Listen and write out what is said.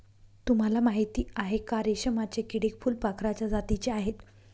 तुम्हाला माहिती आहे का? रेशमाचे किडे फुलपाखराच्या जातीचे आहेत